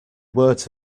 words